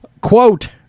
Quote